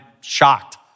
shocked